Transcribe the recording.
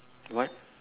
what